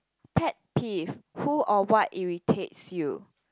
pet peeve who or what irritates you